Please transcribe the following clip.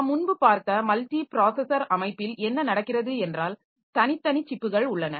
நாம் முன்பு பார்த்த மல்டி ப்ராஸஸர் அமைப்பில் என்ன நடக்கிறது என்றால் தனித்தனி சிப்புகள் உள்ளன